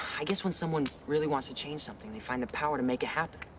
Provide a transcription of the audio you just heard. i guess when someone really wants to change something they find the power to make it happen.